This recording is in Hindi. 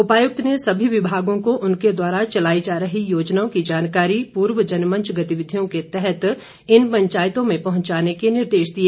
उपायुक्त ने सभी विभागों को उनके द्वारा चलाई जा रही योजनाओं की जानकारी पूर्व जनमंच गतिविधियों के तहत इन पंचायतों में पहुंचाने के निर्देश दिए